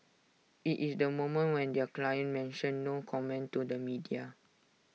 IT is the moment when their clients mention no comment to the media